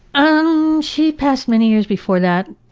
um she passed many years before that.